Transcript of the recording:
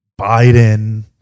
Biden